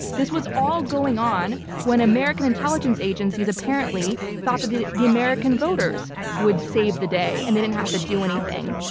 this was all going on when american intelligence agencies apparently thought that the the american voters would save the day and they didn't have to do anything.